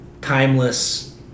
timeless